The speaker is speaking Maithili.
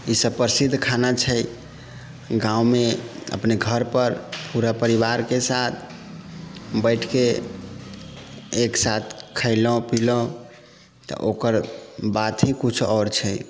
ई सभ प्रसिद्ध खाना छै गााँवमे अपना घरपर पूरा परिवारके साथ बैठिके एकसाथ खैलहुँ पीलहुँ तऽ ओकर बात ही कुछ आओर छै